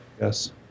Yes